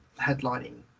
headlining